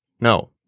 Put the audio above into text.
No